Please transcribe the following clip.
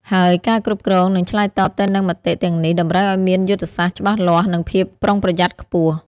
ហើយការគ្រប់គ្រង និងឆ្លើយតបទៅនឹងមតិទាំងនេះតម្រូវឱ្យមានយុទ្ធសាស្ត្រច្បាស់លាស់ និងភាពប្រុងប្រយ័ត្នខ្ពស់។